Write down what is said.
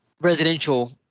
residential